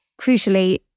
crucially